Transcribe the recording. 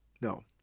No